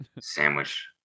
Sandwich